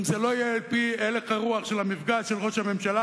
אם זה לא יהיה על-פי הלך הרוח של המפגש של ראש הממשלה